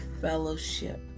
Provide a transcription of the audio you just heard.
fellowship